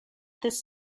this